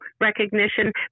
recognition